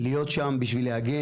הוא להיות שם ולהגן,